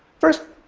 first,